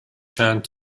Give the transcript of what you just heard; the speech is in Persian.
چند